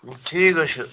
ٹھیٖک حظ چھُ